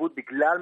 מיודדים.